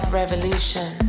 revolution